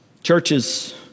Churches